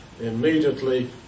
immediately